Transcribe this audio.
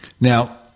Now